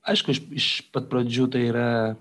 aišku iš pat pradžių tai yra